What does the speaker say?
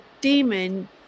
demon